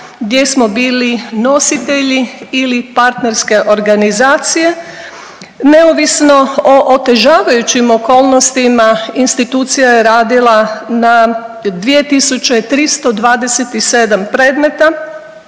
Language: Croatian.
gdje smo bili nositelji ili partnerske organizacije, neovisno o otežavajućim okolnostima, institucija je radila na 2327 predmeta,